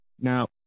Now